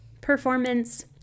performance